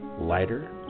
lighter